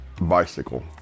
bicycle